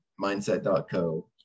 mindset.co